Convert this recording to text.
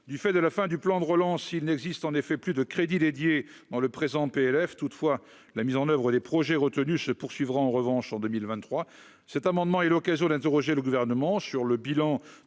du fait de la fin du plan de relance, il n'existe en effet plus de crédits dédiés dans le présent PLF toutefois la mise en oeuvre des projets retenus se poursuivra en revanche en 2023, cet amendement est l'occasion d'interroger le gouvernement sur le bilan